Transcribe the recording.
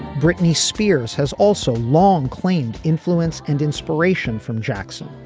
britney spears has also long claimed influence and inspiration from jackson.